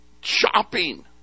shopping